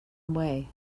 away